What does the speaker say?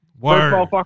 Word